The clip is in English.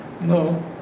no